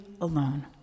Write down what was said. alone